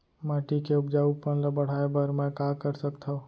माटी के उपजाऊपन ल बढ़ाय बर मैं का कर सकथव?